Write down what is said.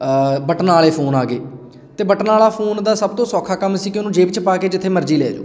ਬਟਨਾਂ ਵਾਲੇ ਫੋਨ ਆ ਗਏ ਅਤੇ ਬਟਨਾਂ ਵਾਲਾ ਫੋਨ ਦਾ ਸਭ ਤੋਂ ਸੌਖਾ ਕੰਮ ਸੀ ਕਿ ਉਹਨੂੰ ਜੇਬ 'ਚ ਪਾ ਕੇ ਜਿੱਥੇ ਮਰਜ਼ੀ ਲੈ ਜਾਓ